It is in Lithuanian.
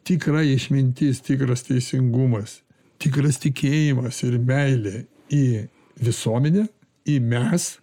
tikra išmintis tikras teisingumas tikras tikėjimas ir meilė į visuomenę į mes